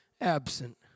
absent